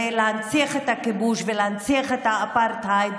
להנציח את הכיבוש ולהנציח את האפרטהייד,